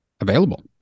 available